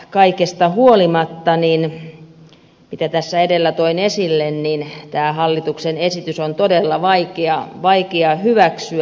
kaikesta huolimatta mitä tässä edellä toin esille tämä hallituksen esitys on todella vaikea hyväksyä